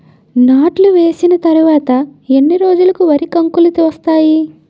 నాట్లు వేసిన తర్వాత ఎన్ని రోజులకు వరి కంకులు వస్తాయి?